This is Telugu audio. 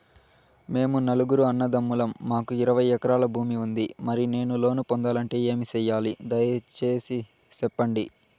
మేము నలుగురు అన్నదమ్ములం మాకు ఇరవై ఎకరాల భూమి ఉంది, మరి నేను లోను పొందాలంటే ఏమి సెయ్యాలి? దయసేసి సెప్పండి?